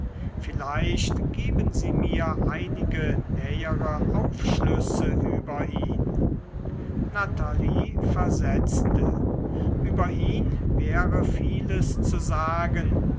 vielleicht geben sie mir einige nähere aufschlüsse über ihn natalie versetzte über ihn wäre vieles zu sagen